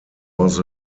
was